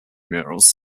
murals